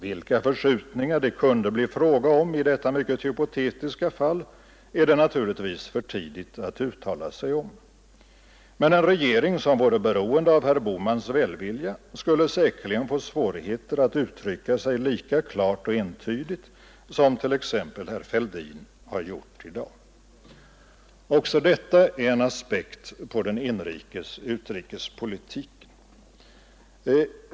Vilka förskjutningar det kunde bli fråga om i detta mycket hypotetiska fall är det naturligtvis för tidigt att uttala sig om, men en regering som vore beroende av herr Bohmans välvilja skulle säkerligen få svårigheter att uttrycka sig lika klart och entydigt som t.ex. herr Fälldin har gjort i dag. Också detta är en aspekt på den inrikes utrikespolitiken.